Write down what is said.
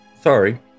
Sorry